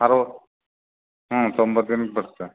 ಅರ್ವ್ ಹ್ಞೂ ತೊಂಬತ್ತು ದಿನಕ್ಕೆ ಬರತ್ತೆ